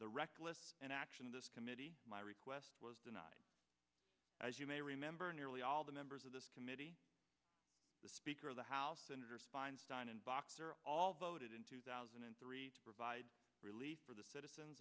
the reckless and action of this committee my request as you may remember nearly all the members of this committee the speaker of the house senators feinstein and boxer all voted in two thousand and three to provide relief for the citizens